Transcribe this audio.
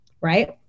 right